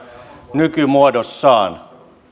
nykymuodossaan